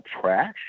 trash